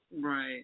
Right